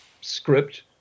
script